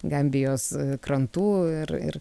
gambijos krantų ir ir